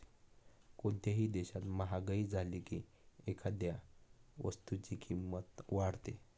कोणत्याही देशात महागाई झाली की एखाद्या वस्तूची किंमत वाढते